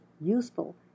useful